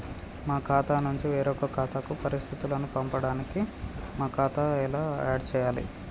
మా ఖాతా నుంచి వేరొక ఖాతాకు పరిస్థితులను పంపడానికి మా ఖాతా ఎలా ఆడ్ చేయాలి?